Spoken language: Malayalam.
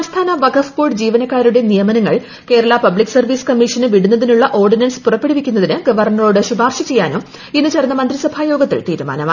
സംസ്ഥാന വഖഫ് ബോർഡ് ജീവനക്കാരുടെ നിയമനങ്ങൾ കേരള പബ്ലിക് സർവ്വീസ് കമ്മീഷന് വിടുന്നതിനുള്ള ഓർഡിനൻസ് പുറപ്പെടുവിക്കുന്നതിന് ഗവർണറോട് ശുപാർശ ചെയ്യാനും ഇന്ന് ചേർന്ന മന്ത്രിസഭായോഗത്തിൽ തീരുമാനമായി